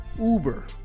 Uber